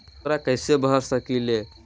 ऊकरा कैसे भर सकीले?